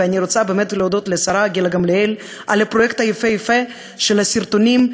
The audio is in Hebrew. ואני רוצה להודות לשרה גילה גמליאל על הפרויקט היפהפה של הסרטונים,